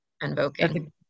invoking